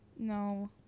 No